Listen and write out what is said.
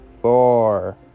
four